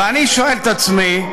ואני שואל את עצמי,